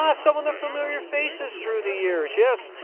ah, some of the familiar faces through the years. yes,